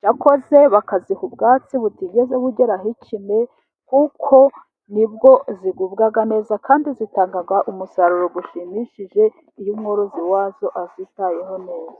cyakoze bakaziha ubwatsi butigeze bugeraho ikime kuko nibwo zigubwa neza. Kandi zitanga umusaruro ushimishije iyo umworozi wazo azitayeho neza.